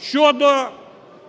щодо